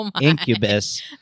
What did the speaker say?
Incubus